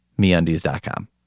MeUndies.com